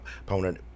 opponent